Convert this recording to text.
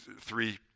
three